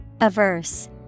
Averse